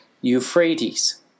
Euphrates